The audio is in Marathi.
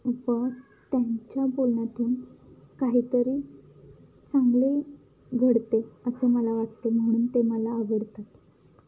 व त्यांच्या बोलण्यातून काहीतरी चांगले घडते असे मला वाटते म्हणून ते मला आवडतात